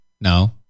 no